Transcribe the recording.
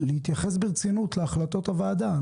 להתייחס ברצינות להחלטות הוועדה.